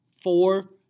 four